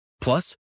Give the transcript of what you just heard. Plus